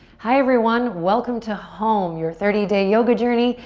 hi, everyone, welcome to home, your thirty day yoga journey.